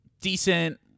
decent